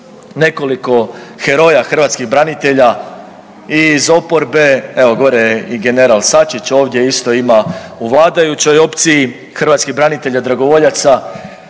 nekoliko heroja hrvatskih branitelja i iz oporbe, evo gore je i general Sačić ovdje isto ima u vladajućoj opciji hrvatskih branitelja dragovoljaca.